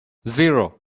zero